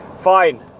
fine